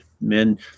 Men